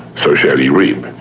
so shall ye reap.